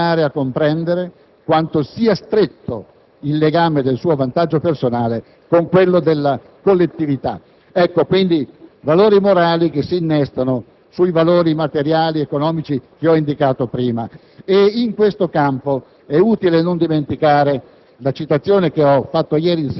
«l'uomo deve imparare a comprendere quanto sia stretto il legame del suo vantaggio personale con quello della collettività» Ecco, quindi, i valori morali che si innestano sui valori materiali e economici che ho indicato prima. In questo campo è utile non dimenticare